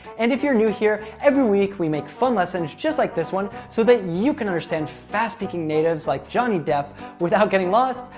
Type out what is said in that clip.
and, if you're new here, every week we make fun lessons just like this one so that you can understand fast-speaking natives like johnny depp without getting lost,